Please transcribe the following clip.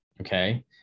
okay